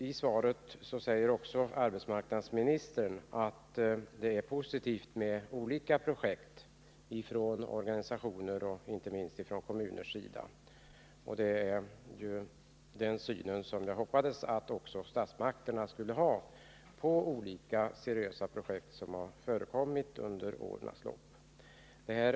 I svaret säger arbetsmarknadsministern också att det är positivt med olika projekt från organisationer och inte minst från kommuners sida. Det är den syn som jag hoppades att statsmakterna skulle ha på olika seriösa projekt som har förekommit under årens lopp.